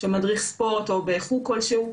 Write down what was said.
מדריך ספורט בחוג כלשהו,